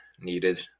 needed